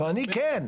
אבל אני כן.